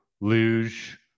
luge